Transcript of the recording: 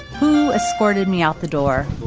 who escorted me out the door